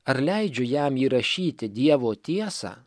ar leidžiu jam įrašyti dievo tiesą